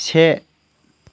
से